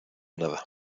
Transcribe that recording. nada